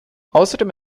außerdem